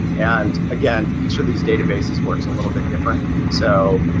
and again, each of these databases works a little bit different so